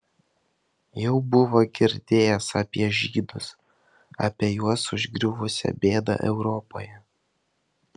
jau buvo girdėjęs apie žydus apie juos užgriuvusią bėdą europoje